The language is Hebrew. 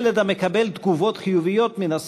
ילד המקבל תגובות חיוביות מן הסביבה,